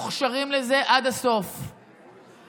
ילד שהופך להיות לאט-לאט בסוף הכיתה,